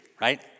right